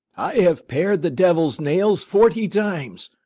i have pared the devil's nails forty times,